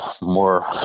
more